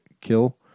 kill